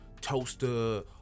toaster